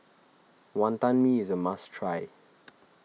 Wantan Mee is a must try